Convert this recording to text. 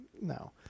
no